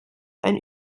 ein